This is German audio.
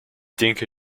denke